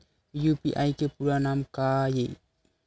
UPI के पूरा नाम का ये?